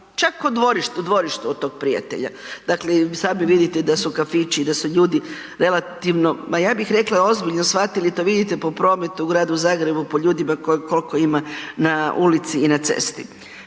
čak u dvorištu, u dvorištu od tog prijatelja. Dakle, i sami vidite da su kafići, da su ljudi relativno, ma ja bih rekla ozbiljno shvatili, to vidite po prometu u Gradu Zagrebu, po ljudima kolko ima na ulici i na cesti.